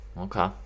Okay